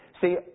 See